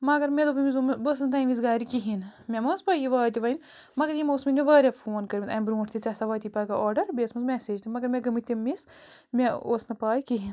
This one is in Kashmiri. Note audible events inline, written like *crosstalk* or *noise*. مگر مےٚ دوٚپ أمِس دوٚپمہٕ بہٕ ٲس نہٕ تَمۍ وِز گَرِ کِہیٖنۍ نہٕ مےٚ ما ٲس پَے یہِ واتہِ وۄنۍ مگر یِمو ٲس *unintelligible* واریاہ فون کٔرۍمٕتۍ اَمۍ برٛونٛٹھ تہِ ژےٚ ہسا واتی پگاہ آرڈر بیٚیہِ ٲسمٕژ مسیج تہِ مگر مےٚ گٔمٕتۍ تِم مِس مےٚ اوس نہٕ پَے کِہیٖنۍ